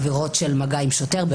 עבירות של מגע עם שוטר,